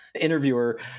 interviewer